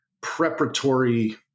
preparatory